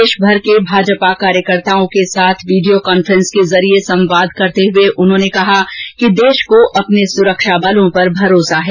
देशभर के भाजपा कार्यकर्तोओं के साथ वीडियो कॉफ्रेंस के जरिए संवाद करते हुए उन्होंने कहा कि देश को अपने सुरक्षाबलों पर भरोसा है